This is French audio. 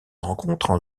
rencontrent